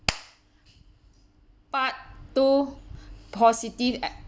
part two positive ex~